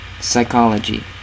Psychology